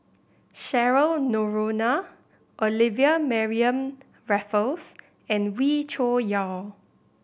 Cheryl Noronha Olivia Mariamne Raffles and Wee Cho Yaw